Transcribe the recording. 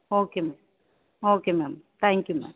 okay ma'am okay ma'am thank you ma'am